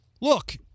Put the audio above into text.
look